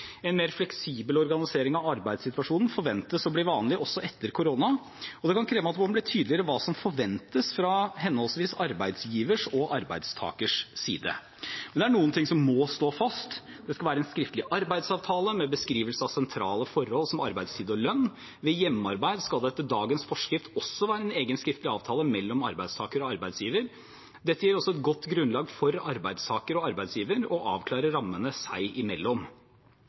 arbeidssituasjonen forventes å bli vanlig også etter koronaen, og det kan kreve at det må bli tydeligere hva som forventes fra henholdsvis arbeidsgiverens og arbeidstakerens side. Men det er noen ting som må stå fast. Det skal være en skriftlig arbeidsavtale med beskrivelse av sentrale forhold som arbeidstid og lønn. Ved hjemmearbeid skal det etter dagens forskrift også være en egen skriftlig avtale mellom arbeidstaker og arbeidsgiver. Dette gir et godt grunnlag for arbeidstakeren og arbeidsgiveren til å avklare rammene dem imellom.